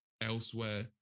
elsewhere